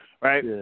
right